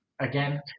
again